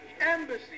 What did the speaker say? Embassy